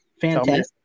Fantastic